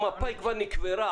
מפא"י כבר נקברה,